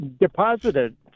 deposited